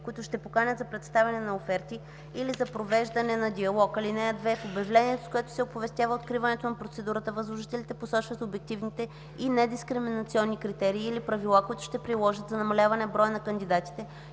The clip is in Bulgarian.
които ще поканят за представяне на оферти или за провеждане на диалог. (2) В обявлението, с което се оповестява откриването на процедурата, възложителите посочват обективните и недискриминационни критерии или правила, които ще приложат за намаляване броя на кандидатите,